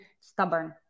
stubborn